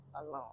alone